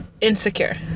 insecure